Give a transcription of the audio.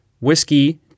Whiskey